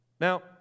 Now